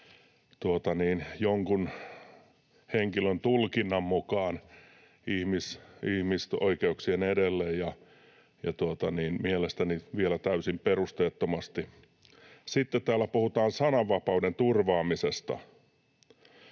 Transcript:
jonkun henkilön tulkinnan mukaan ihmisoikeuksien edelle ja mielestäni vielä täysin perusteettomasti. Sitten täällä puhutaan sananvapauden turvaamisesta: